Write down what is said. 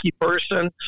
person